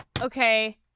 Okay